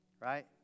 right